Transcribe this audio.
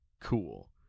cool